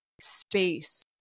space